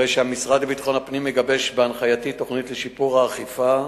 הרי שהמשרד לביטחון הפנים מגבש בהנחייתי תוכנית לשיפור האכיפה,